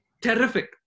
terrific